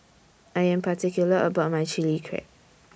I Am particular about My Chili Crab